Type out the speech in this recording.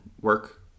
work